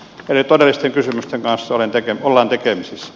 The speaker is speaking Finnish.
eli todellisten kysymysten kanssa ollaan tekemisissä